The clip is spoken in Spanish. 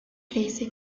crece